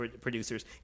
producers